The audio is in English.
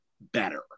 better